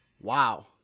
Wow